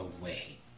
away